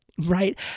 Right